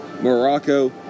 Morocco